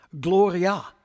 Gloria